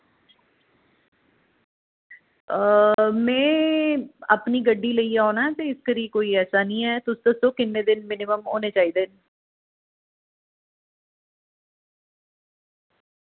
में अपनी गड्डी लेइयै औना ते इस करी कोई ऐसा नेईं ऐ तुस दस्सो किन्ने दिन मिनिमम होने चाहिदे न